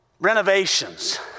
renovations